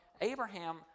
Abraham